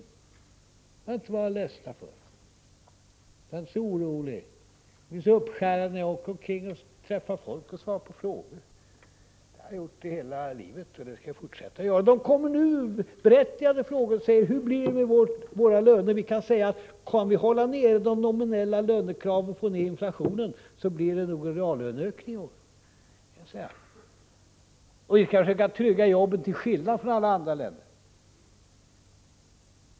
Det skall vi inte vara ledsna eller oroliga över. Ni är så uppskärrade när jag åker omkring och träffar folk och svarar på frågor, men det har jag gjort hela livet och det skall jag fortsätta att göra. Det kommer nu berättigade frågor om hur det blir med lönerna, och vi säger att om vi kan hålla nere de nominella lönekraven och få ned inflationen så blir det nog en reallöneökning i år. Och vi kanske kan trygga jobben — till skillnad från andra länder.